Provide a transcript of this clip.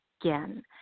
again